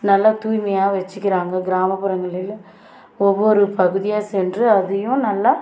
நல்லா தூய்மையாக வச்சிக்கிறாங்க கிராமப்புறங்களில் ஒவ்வொரு பகுதியாக சென்று அதையும் நல்லா